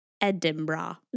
Edinburgh